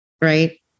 right